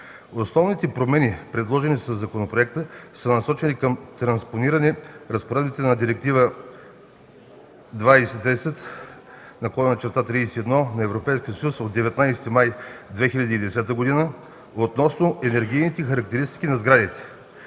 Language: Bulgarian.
Основните промени, предложени със законопроекта, са насочени към транспониране разпоредбите на Директива 2010/31/ЕС от 19 май 2010 г. относно енергийните характеристики на сградите.